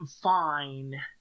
fine